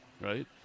right